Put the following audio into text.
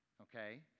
okay